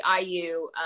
IU